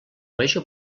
major